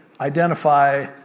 identify